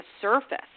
surface